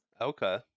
okay